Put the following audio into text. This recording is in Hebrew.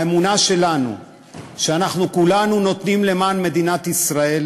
האמונה שלנו שאנחנו כולנו נותנים למען מדינת ישראל